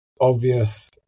obvious